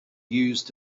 used